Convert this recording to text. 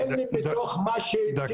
אין לי בתוך מה שהציעו,